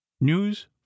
News